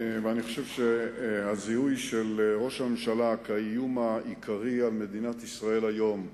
ואני חושב שהזיהוי של ראש הממשלה כי האיום האמיתי על מדינת ישראל היום,